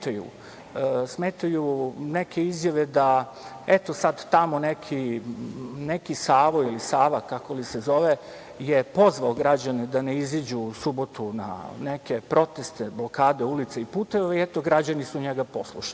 smetaju neke izjave, da eto sad neki tamo Sava ili Savo, kako li se zove, je pozvao građane da ne izađu u subotu na neke protest, blokade ulica i puteva i eto, građani su njega poslušali.